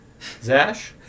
Zash